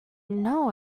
know